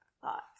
thoughts